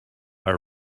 are